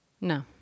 No